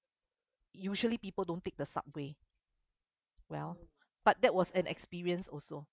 usually people don't take the subway well but that was an experience also